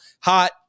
hot